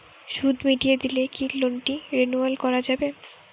সুদ মিটিয়ে দিলে কি লোনটি রেনুয়াল করাযাবে?